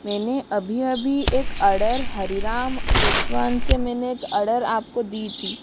मैंने अभी अभी एक अर्डर हरिराम रेस्टोरंट से मैंने एक अर्डर आप को दी थी